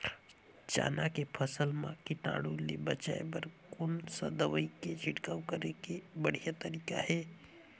चाना के फसल मा कीटाणु ले बचाय बर कोन सा दवाई के छिड़काव करे के बढ़िया तरीका हे?